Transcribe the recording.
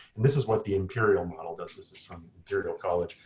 and this is what the imperial model does. this is from imperial college,